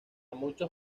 muchos